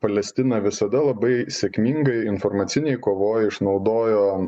palestina visada labai sėkmingai informacinėj kovoj išnaudojo